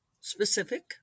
specific